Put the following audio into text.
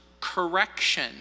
correction